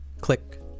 Click